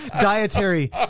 dietary